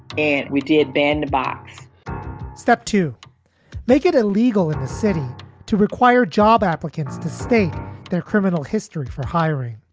and we did bandbox step to make it illegal in the city to require job applicants to state their criminal history for hiring